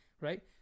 right